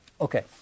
Okay